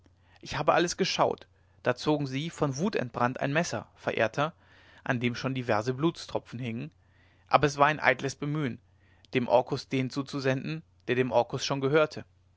ich habe alles geschaut da zogen sie von wut entbrannt ein messer verehrter an dem schon diverse blutstropfen hingen aber es war ein eitles bemühen dem orkus den zuzusenden der dem orkus schon gehörte